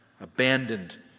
abandoned